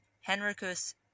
Henricus